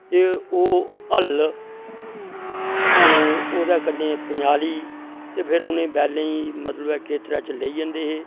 तो एह् हल्ल ते ओह्दै कन्नै पजांली ते फिर उनैं बैलें ई मतलव ऐ खेत्तरै च लेई जंदे हे